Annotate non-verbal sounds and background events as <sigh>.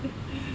<laughs>